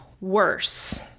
worse